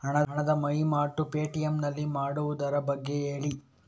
ಹಣದ ವಹಿವಾಟು ಪೇ.ಟಿ.ಎಂ ನಲ್ಲಿ ಮಾಡುವುದರ ಬಗ್ಗೆ ಹೇಳಿ